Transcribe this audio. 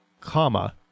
comma